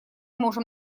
можем